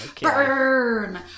burn